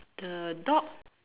the dog